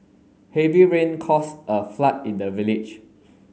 heavy rain caused a flood in the village